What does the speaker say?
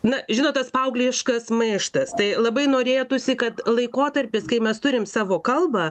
na žinot tas paaugliškas maištas tai labai norėtųsi kad laikotarpis kai mes turim savo kalbą